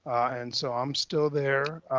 and so i'm still there.